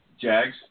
Jags